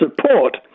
support